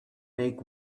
make